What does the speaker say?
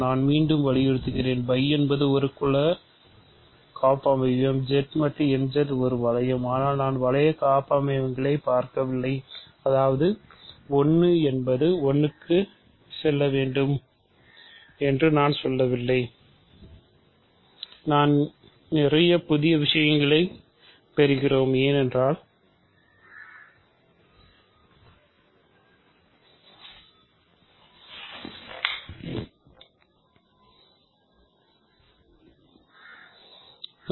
நான் மீண்டும் வலியுறுத்துகிறேன் φ என்பது ஒரு குல காப்பமைவியம் Z மட்டு nZ ஒரு வளையம் ஆனால் நான் வளைய காப்பமைவியங்களை பார்க்கவில்லை அதாவது1 என்பது 1 க்கு செல்ல வேண்டும் என்று நான் வலியுறுத்தவில்லை